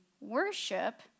worship